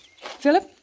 Philip